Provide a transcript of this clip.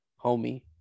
homie